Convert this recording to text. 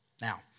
Now